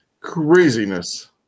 craziness